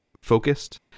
focused